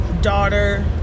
daughter